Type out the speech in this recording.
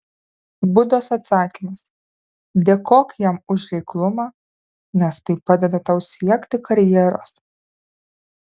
budos atsakymas dėkok jam už reiklumą nes tai padeda tau siekti karjeros